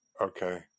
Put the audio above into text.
Okay